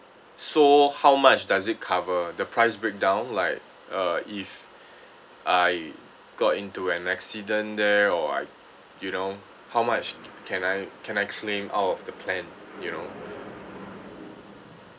so how much does it cover the price breakdown like uh if I got into an accident there or I you know how much can I can I claim out of the plan you know